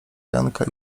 janka